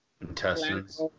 Intestines